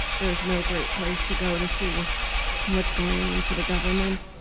there is no great place to go to see what's what's going on for the government.